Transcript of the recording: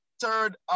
third